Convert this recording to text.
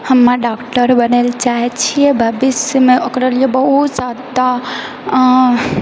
हमे डॉक्टर बनै लए चाहैत छियै भविष्यमे ओकरा लिए बहुत जादा